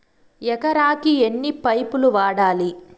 ఎకరాకి ఎన్ని పైపులు వాడాలి?